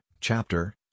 chapter